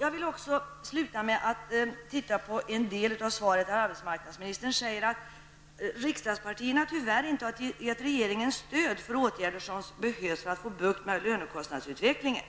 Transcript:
Jag vill sluta med att kommentera den del i svaret där arbetsmarknadsministern säger att riksdagspartierna tyvärr inte har gett regeringen stöd för åtgärder som behövs för att få bukt med lönekostnadsutvecklingen.